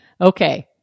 Okay